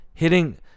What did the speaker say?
Hitting